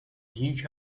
huge